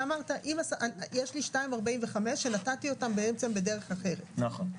אתה אמרת: יש לי 2.45% שנתתי בדרך אחרת, נכון?